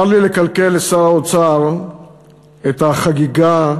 צר לי לקלקל לשר האוצר את החגיגה